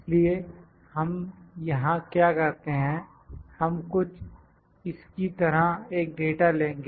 इसलिए हम यहां क्या करते हैं हम कुछ इसकी तरह एक डाटा लेंगे